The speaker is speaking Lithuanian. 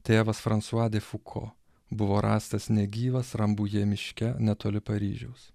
tėvas fransua de fuko buvo rastas negyvas rambuje miške netoli paryžiaus